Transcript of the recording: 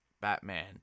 Batman